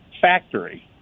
factory